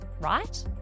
right